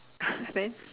then